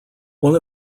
one